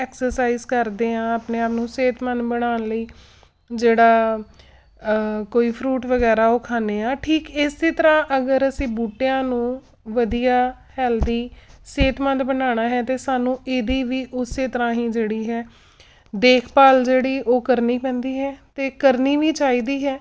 exercise ਕਰਦੇ ਹਾਂ ਆਪਣੇ ਆਪ ਨੂੰ ਸਿਹਤਮੰਦ ਬਣਾਉਣ ਲਈ ਜਿਹੜਾ ਕੋਈ ਫਰੂਟ ਵਗੈਰਾ ਉਹ ਖਾਂਦੇ ਹਾਂ ਠੀਕ ਇਸ ਤਰ੍ਹਾਂ ਅਗਰ ਅਸੀਂ ਬੂਟਿਆਂ ਨੂੰ ਵਧੀਆ ਹੈਲਦੀ ਸਿਹਤਮੰਦ ਬਣਾਉਣਾ ਹੈ ਤਾਂ ਸਾਨੂੰ ਇਹਦੀ ਵੀ ਉਸ ਤਰ੍ਹਾਂ ਹੀ ਜਿਹੜੀ ਹੈ ਦੇਖਭਾਲ ਜਿਹੜੀ ਉਹ ਕਰਨੀ ਪੈਂਦੀ ਹੈ ਅਤੇ ਕਰਨੀ ਵੀ ਚਾਹੀਦੀ ਹੈ